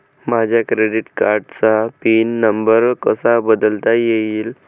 माझ्या क्रेडिट कार्डचा PIN number कसा बदलता येईल?